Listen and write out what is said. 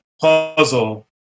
puzzle